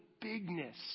bigness